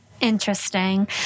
Interesting